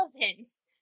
relevance